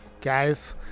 guys